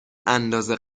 اندازه